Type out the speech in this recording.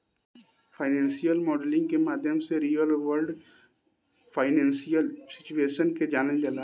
financial modelling के माध्यम से रियल वर्ल्ड फाइनेंशियल सिचुएशन के जानल जाला